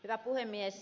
hyvä puhemies